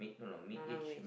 no not mid age